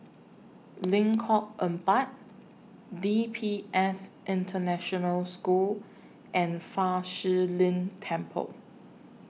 Lengkong Empat D P S International School and Fa Shi Lin Temple